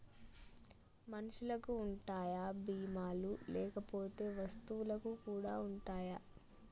మనుషులకి ఉంటాయా బీమా లు లేకపోతే వస్తువులకు కూడా ఉంటయా?